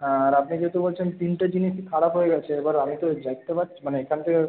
হ্যাঁ আর আপনি যেহেতু বলছেন তিনটে জিনিস খারাপ হয়ে গেছে এবার আমি তো দেখতে পাচ্ছি মানে এখান থেকে